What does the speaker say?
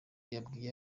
yabwiye